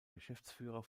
geschäftsführer